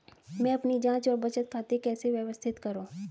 मैं अपनी जांच और बचत खाते कैसे व्यवस्थित करूँ?